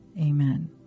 Amen